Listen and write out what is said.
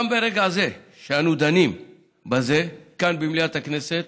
גם ברגע זה שאנו דנים בזה כאן, במליאת הכנסת,